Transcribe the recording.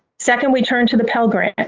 second, we turned to the pell grant, and